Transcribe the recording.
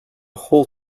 whole